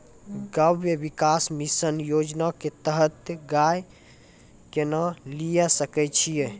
गव्य विकास मिसन योजना के तहत गाय केना लिये सकय छियै?